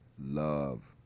love